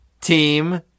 team